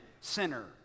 sinner